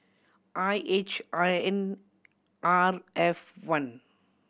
I H I N R F one